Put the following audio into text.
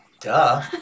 Duh